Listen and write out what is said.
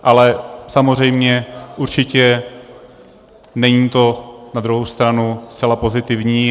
Ale samozřejmě určitě není to na druhou stranu zcela pozitivní.